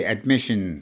Admission